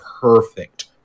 perfect